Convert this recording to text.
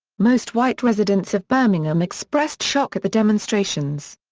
most white residents of birmingham expressed shock at the demonstrations.